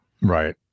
Right